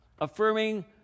Affirming